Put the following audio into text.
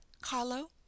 carlo